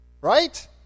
Right